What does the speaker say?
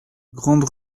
grande